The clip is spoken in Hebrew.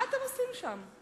מה אתם עושים שם?